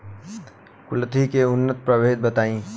कुलथी के उन्नत प्रभेद बताई?